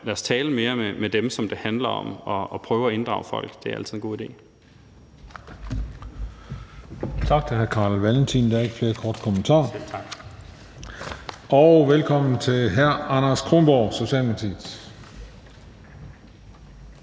lad os tale mere med dem, som det handler om, og prøve at inddrage folk. Det er altid en god idé. Kl. 14:03 Den fg. formand (Christian Juhl): Tak til hr. Carl Valentin. Der er ikke flere korte bemærkninger. Og velkommen til hr. Anders Kronborg, Socialdemokratiet.